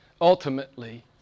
ultimately